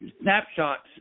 snapshots